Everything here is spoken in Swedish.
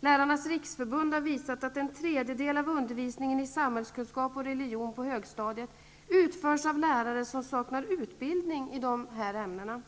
Lärarnas riksförbund har visat att en tredjedel av undervisningen i samhällskunskap och religionskunskap på högstadiet utförs av lärare som saknar utbildning i dessa ämnen.